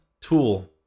tool